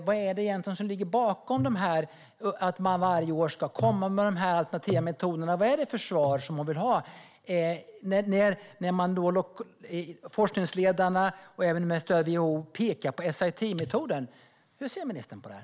Vad är det egentligen som ligger bakom att man varje år ska komma med de alternativa metoderna? Vilka svar är det hon vill ha? Forskningsledarna pekar, även med stöd av WHO, på SIT-metoden. Hur ser ministern på det här?